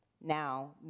Now